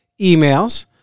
emails